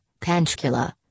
Panchkula